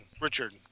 Richard